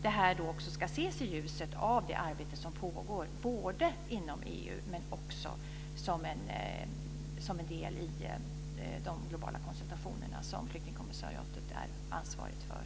Det ska också ses i ljuset av det arbete som pågår både inom EU och som en del av de globala konsultationer som flyktingkommissariatet är ansvarigt för.